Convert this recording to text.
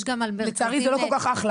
יש גם --- לצערי זה לא כל כך אחלה,